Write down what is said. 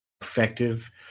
effective